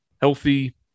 healthy